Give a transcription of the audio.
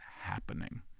happening